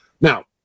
Now